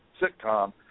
sitcom